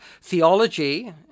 theology